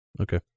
Okay